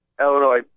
Illinois